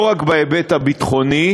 לא רק בהיבט הביטחוני,